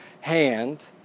hand